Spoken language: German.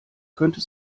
könnte